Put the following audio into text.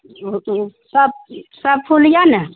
बहुत सब सब फूल यऽ ने